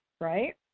right